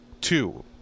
two